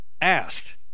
asked